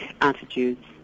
attitudes